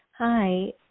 Hi